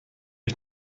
ich